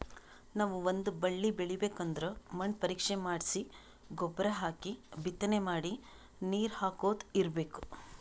ನಾವ್ ಒಂದ್ ಬಳಿ ಬೆಳಿಬೇಕ್ ಅಂದ್ರ ಮಣ್ಣ್ ಪರೀಕ್ಷೆ ಮಾಡ್ಸಿ ಗೊಬ್ಬರ್ ಹಾಕಿ ಬಿತ್ತನೆ ಮಾಡಿ ನೀರ್ ಹಾಕೋತ್ ಇರ್ಬೆಕ್